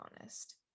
honest